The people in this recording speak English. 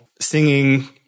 singing